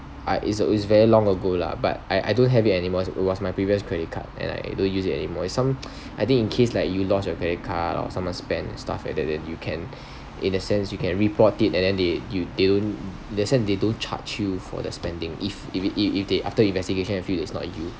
ah it's uh very long ago lah but I I don't have it anymore it was my previous credit card and I don't use it anymore it's some I think in case like you lost your credit card or someone spent stuff like that you can in a sense you can report it and then they you they don't in a sense they don't charge you for the spending if if it if they after investigation and feel this is not you